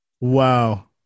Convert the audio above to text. Wow